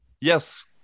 Yes